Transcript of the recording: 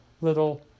little